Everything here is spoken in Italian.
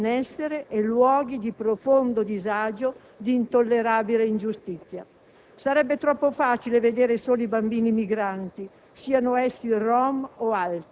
dove si uniscono luoghi di benessere e luoghi di profondo disagio e di intollerabile ingiustizia. Sarebbe troppo facile vedere solo i bambini migranti,